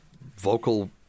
vocal